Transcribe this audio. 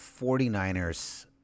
49ers